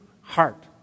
heart